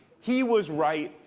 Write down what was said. he was right,